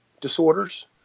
disorders